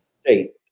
state